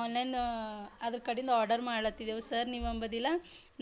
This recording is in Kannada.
ಆನ್ಲೈನ ಅದ್ರ ಕಡಿಂದು ಆರ್ಡರ್ ಮಾಡ್ಲತ್ತಿದೆವು ಸರ್ ನೀವಂಬೊದಿಲ್ಲ